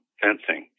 fencing